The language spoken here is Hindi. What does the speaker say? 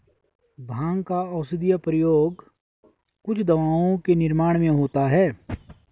भाँग का औषधीय प्रयोग कुछ दवाओं के निर्माण में होता है